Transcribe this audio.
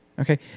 Okay